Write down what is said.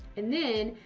and then,